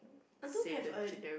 I don't have a